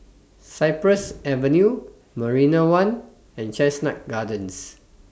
Cypress Avenue Marina one and Chestnut Gardens